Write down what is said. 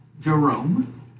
Jerome